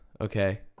Okay